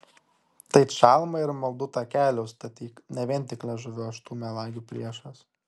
tai čalmą ir maldų takelį užstatyk ne vien tik liežuviu aš tų melagių priešas